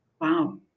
wow